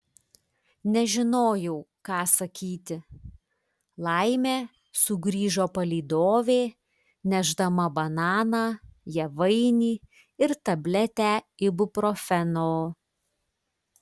nežinojau ką sakyti laimė sugrįžo palydovė nešdama bananą javainį ir tabletę ibuprofeno